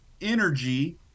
energy